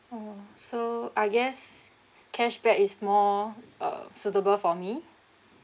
oh so I guess cashback is more uh suitable for me